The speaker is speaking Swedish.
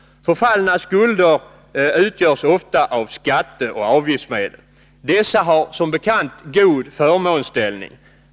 Förfallna skulder utgörs ofta av skatteoch avgiftsmedel. Dessa har som bekant god förmånsställning.